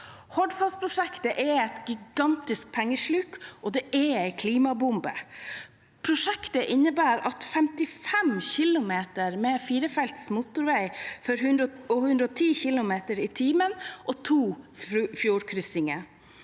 Hordfast-prosjektet er et gigantisk pengesluk, og det er en klimabombe. Prosjektet innebærer 55 km med firefelts motorvei med 110 km/t og to fjordkryssinger.